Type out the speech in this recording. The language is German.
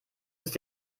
ist